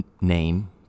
name